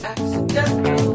Accidental